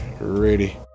ready